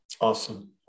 Awesome